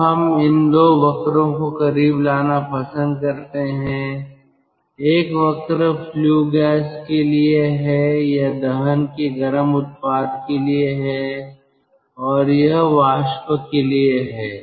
अब हम इन 2 वक्रो को करीब लाना पसंद करते हैं एक वक्र फ्ल्यू गैस के लिए है या दहन के गर्म उत्पाद के लिए है और यह वाष्प के लिए है